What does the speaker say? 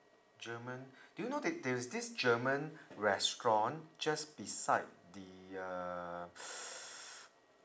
german do you know that there is this german restaurant just beside the uh